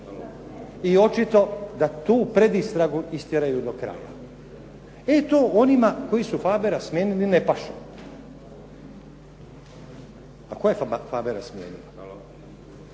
i očito da tu predistragu istjeraju do kraja. E to onima koji su Fabera smijenili ne paše. A tko je Fabera smijenio?